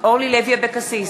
אורלי לוי אבקסיס,